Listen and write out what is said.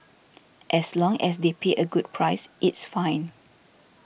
as long as they pay a good price it's fine